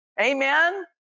Amen